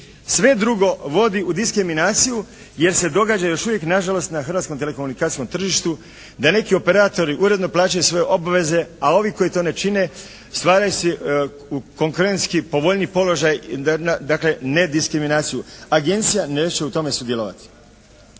Sve drugo vodi u diskriminaciju jer se događa još uvijek nažalost na hrvatskom telekomunikacijskom tržištu da neki operatori uredno plaćaju svoje obveze a ovi koji to ne čine stvaraju si konkurentski povoljniji položaj dakle nediskriminaciju. Agencija neće u tome sudjelovati.